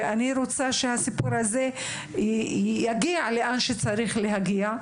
ואני רוצה שהסיפור הזה יגיע לאן שצריך להגיע.